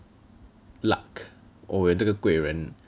luck 我有这个贵人